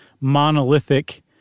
monolithic